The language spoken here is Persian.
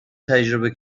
تجربه